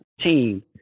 team